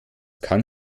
kann